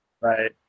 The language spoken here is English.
Right